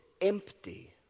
empty